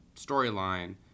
storyline